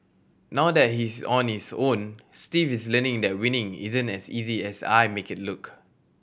now that he is on his own Steve is learning that winning isn't as easy as I make it look